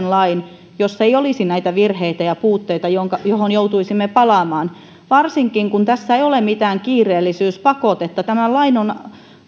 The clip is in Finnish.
lain jossa ei olisi näitä virheitä ja puutteita joihin joihin joutuisimme palaamaan varsinkin kun tässä ei ole mitään kiireellisyyspakotetta tämän lain on